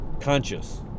conscious